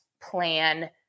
plan